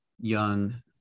young